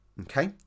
okay